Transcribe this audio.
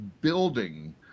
building